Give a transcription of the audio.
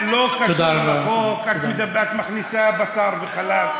זה לא קשור לחוק, אתה מכניסה בשר וחלב.